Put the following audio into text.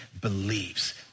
believes